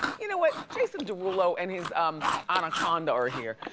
you know what, jason derulo and his um anaconda are here.